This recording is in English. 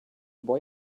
boy